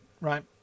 right